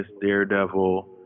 Daredevil